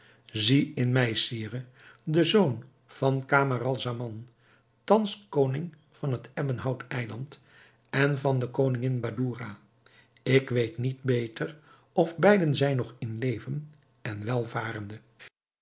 zie in mij sire den zoon van camaralzaman thans koning van het ebbenhout eiland en van de koningin badoura ik weet niet beter of beiden zijn nog in leven en welvarende